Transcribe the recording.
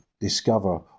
discover